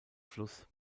fluss